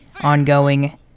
ongoing